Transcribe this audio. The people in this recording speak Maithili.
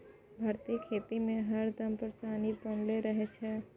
भारतीय खेती में हरदम परेशानी बनले रहे छै